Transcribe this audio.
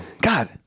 God